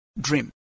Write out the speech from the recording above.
dream